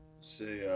See